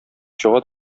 чыга